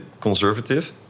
conservative